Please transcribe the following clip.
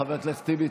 חבר הכנסת טיבי,